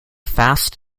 fast